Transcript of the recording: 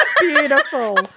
Beautiful